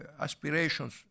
aspirations